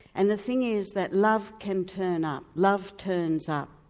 and the thing is that love can turn up, love turns up,